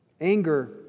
Anger